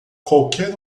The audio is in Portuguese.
qualquer